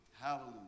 Hallelujah